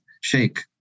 shake